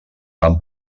van